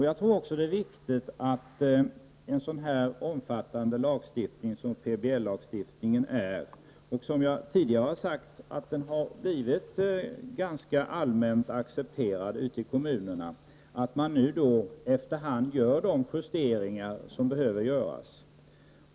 Jag tror också det är viktigt att man i en så omfattande lagstiftning som denna, som ju har blivit allmänt accepterad i kommunerna, efter hand gör de justeringar som behöver göras.